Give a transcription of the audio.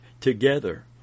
together